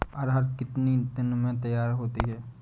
अरहर कितनी दिन में तैयार होती है?